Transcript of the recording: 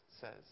says